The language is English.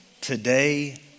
today